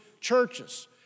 churches